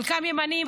חלקם ימנים,